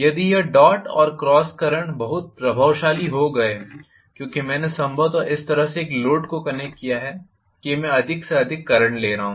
यदि यह डॉट और क्रॉस करंट बहुत अधिक प्रभावशाली हो गए क्योंकि मैंने संभवतः इस तरह से एक लोड को कनेक्ट किया है कि मैं अधिक से अधिक करंट ले रहा हूं